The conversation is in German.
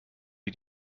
die